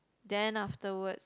then afterwards